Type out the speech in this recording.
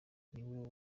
niwe